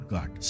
God